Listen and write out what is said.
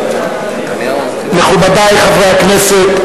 מכובדי חברי הכנסת,